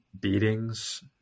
beatings